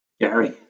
Gary